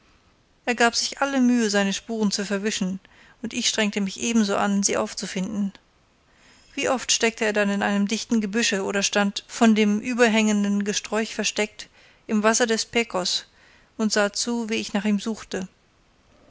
er gab sich alle mühe seine spuren zu verwischen und ich strengte mich ebenso an sie aufzufinden wie oft steckte er dann in einem dichten gebüsche oder stand von dem überhängenden gesträuch versteckt im wasser des pecos und sah zu wie ich nach ihm suchte